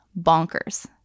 bonkers